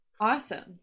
Awesome